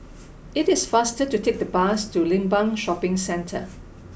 it is faster to take the bus to Limbang Shopping Centre